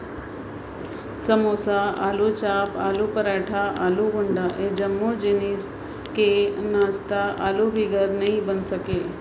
समोसा, आलूचाप, आलू पराठा, आलू गुंडा ए जम्मो किसिम कर नास्ता आलू बिगर नी बइन सके